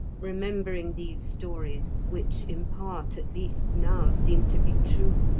remembering these stories, which in part, at least, now seemed to be true,